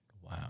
Wow